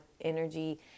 energy